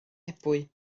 ebwy